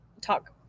talk